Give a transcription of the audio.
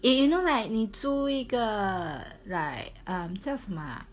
eh you know like 你租一个 like um 叫什么啊